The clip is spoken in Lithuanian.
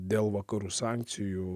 dėl vakarų sankcijų